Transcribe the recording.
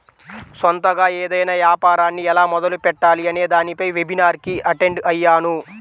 సొంతగా ఏదైనా యాపారాన్ని ఎలా మొదలుపెట్టాలి అనే దానిపై వెబినార్ కి అటెండ్ అయ్యాను